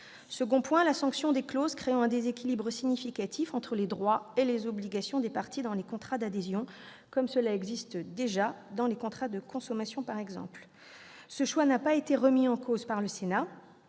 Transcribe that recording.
Ensuite, la sanction des clauses créant un déséquilibre significatif entre les droits et obligations des parties dans les contrats d'adhésion, comme cela existe déjà dans les contrats de consommation, par exemple. Ce choix n'a pas été remis en cause par le Sénat,